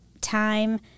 time